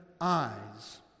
eyes